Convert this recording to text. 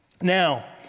Now